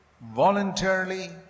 voluntarily